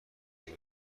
بودم